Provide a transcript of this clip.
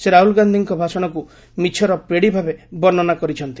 ସେ ରାହୁଲ ଗାନ୍ଦିଙ୍କ ଭାଷଣକୁ ମିଛର ପେଡ଼ି ଭାବେ ବର୍ଷ୍ଣନା କରିଛନ୍ତି